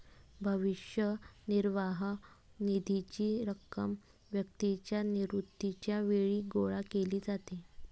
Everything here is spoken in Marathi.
भविष्य निर्वाह निधीची रक्कम व्यक्तीच्या निवृत्तीच्या वेळी गोळा केली जाते